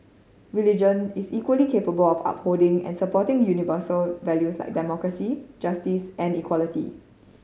religion is equally capable of upholding and supporting universal values as democracy justice and equality